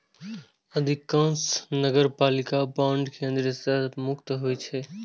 अधिकांश नगरपालिका बांड केंद्रीय कर सं मुक्त होइ छै